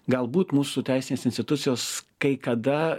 galbūt mūsų teisinės institucijos kai kada